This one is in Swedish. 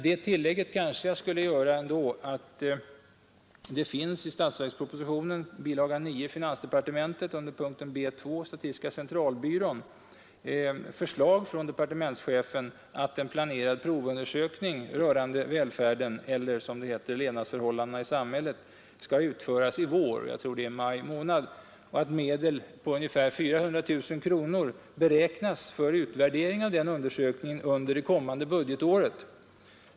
Det tillägget kanske jag ändå skall göra att det i statsverkspropositionen, bilaga 9, finansdepartementet, under punkten B2 Statistiska centralbyrån, finns förslag från departementschefen att en planerad provundersökning rörande välfärden eller Levnadsförhållandena i samhället skall utföras i vår, troligen i maj månad, och att medel, cirka 400 000 kronor, beräknas för utvärdering av undersökningen under kommande budgetår.